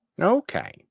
Okay